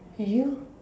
you